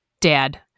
dad